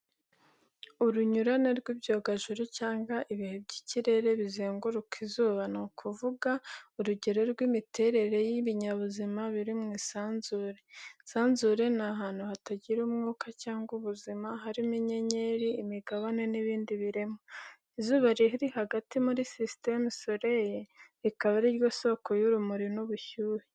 Urunyurane rw’ibyogajuru cyangwa ibihe by’ikirere bizenguruka izuba, ni ukuvuga urugero rw’imiterere y’ibinyabuzima biri mu isanzure. Isanzure ni hantu hatagira umwuka cyangwa ubuzima, harimo inyenyeri, imigabane n’ibindi biremwa. Izuba riri hagati muri système solaire, rikaba ari ryo soko y’urumuri n’ubushyuhe.